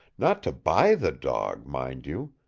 not to buy the dog, mind you.